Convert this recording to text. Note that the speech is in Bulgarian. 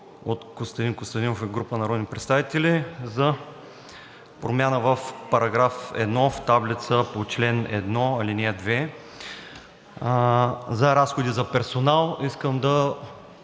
от Костадин Костадинов и група народни представители за промяна в § 1 в таблицата по чл. 1, ал. 2 „Разходи за персонал“ искам да